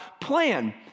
plan